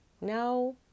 no